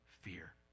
fear